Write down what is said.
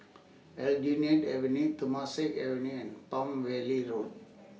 Aljunied Avenue Temasek Avenue and Palm Valley Road